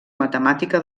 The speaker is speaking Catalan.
matemàtica